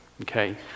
Okay